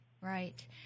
right